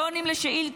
לא עונים לשאילתות,